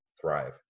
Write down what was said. thrive